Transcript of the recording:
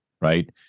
right